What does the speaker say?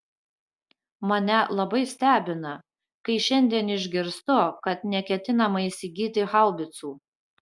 mane labai stebina kai šiandien išgirstu kad neketinama įsigyti haubicų